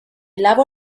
lavo